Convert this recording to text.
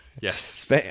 Yes